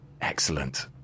Excellent